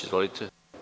Izvolite.